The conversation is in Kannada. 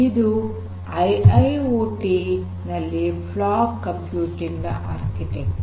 ಇದು ಐಐಓಟಿ ನಲ್ಲಿ ಫಾಗ್ ಕಂಪ್ಯೂಟಿಂಗ್ ನ ಆರ್ಕಿಟೆಕ್ಚರ್